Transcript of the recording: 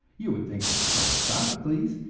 you would think that the soul of sophocles,